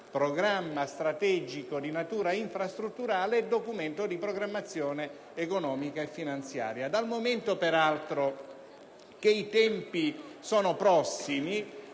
programma strategico di natura infrastrutturale e Documento di programmazione economico-finanziaria. Peraltro, dal momento che i tempi sono prossimi,